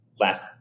last